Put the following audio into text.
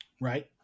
right